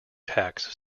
tax